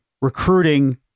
recruiting